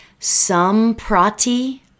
Samprati